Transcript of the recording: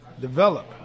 develop